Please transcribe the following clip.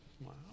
Wow